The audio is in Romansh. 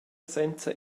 senza